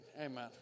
Amen